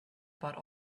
bought